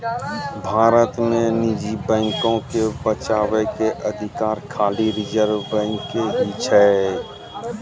भारत मे निजी बैको के बचाबै के अधिकार खाली रिजर्व बैंक के ही छै